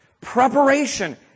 Preparation